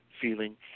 feeling